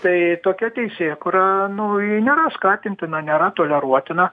tai tokia teisėkūra nu ji nėra skatintina nėra toleruotina